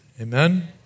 Amen